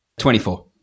24